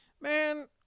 Man